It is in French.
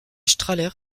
strahler